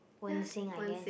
wen-xin I guess